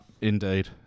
indeed